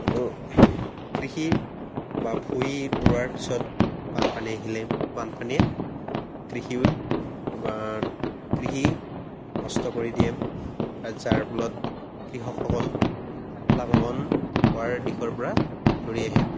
কৃষি বা ভূঁই ৰোৱাৰ পিছত বানপানী আহিলে বানপানীয়ে কৃষি কৃষি নষ্ট কৰি দিয়ে যাৰ ফলত কৃষকসকল লাভৱান হোৱাৰ দিশৰ পৰা ঘূৰি আহে